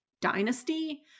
dynasty